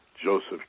joseph